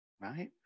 right